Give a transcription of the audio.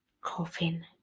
Coffin